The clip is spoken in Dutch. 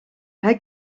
hij